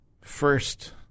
first